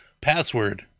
Password